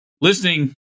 listening